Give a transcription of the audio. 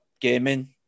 gaming